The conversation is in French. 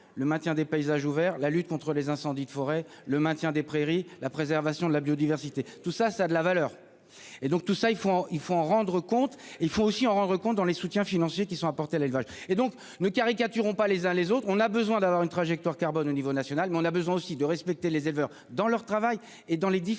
Le maintien des paysages ouverts la lutte contre les incendies de forêt, le maintien des prairies la préservation de la biodiversité tout ça ça a de la valeur et donc tout ça il faut, il faut en rendre compte. Il faut aussi en rendre compte dans les soutiens financiers qui sont apportées. L'élevage et donc ne caricaturons pas les uns les autres, on a besoin d'avoir une trajectoire carbone au niveau national, mais on a besoin aussi de respecter les éleveurs dans leur travail et dans les différentes